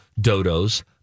dodos